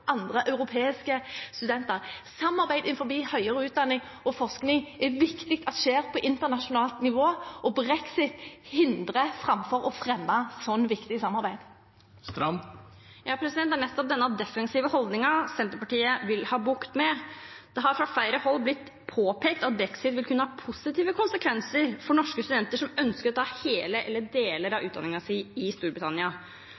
forskning er viktig at skjer på internasjonalt nivå, og brexit hindrer framfor å fremme slikt viktig samarbeid. Det er nettopp denne defensive holdningen Senterpartiet vil ha bukt med. Det har fra flere hold blitt påpekt at brexit vil kunne ha positive konsekvenser for norske studenter som ønsker å ta hele eller deler av